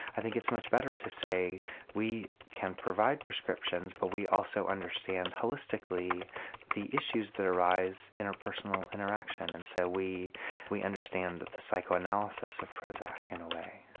i think it's much better to say we can provide prescriptions but we also understand holistically the issues that arise in a personal interaction. and so we we understand the psychoanalysis of prozac in a way.